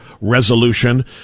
resolution